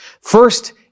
First